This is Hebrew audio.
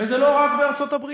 וזה לא רק בארצות-הברית,